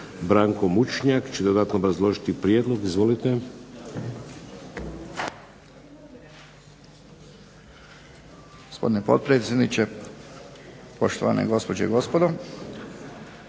Branko Mučnjak će dodatno obrazložiti prijedlog. Izvolite. **Mučnjak, Branko** Gospodine potpredsjedniče, poštovane gospođe i gospodo.